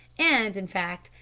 and, in fact,